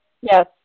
Yes